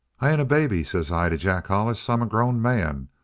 i ain't a baby says i to jack hollis. i'm a grown man.